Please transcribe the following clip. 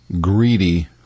greedy